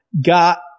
got